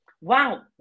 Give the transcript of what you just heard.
wow